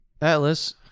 Atlas